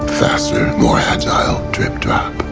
faster, more agile, drip drop.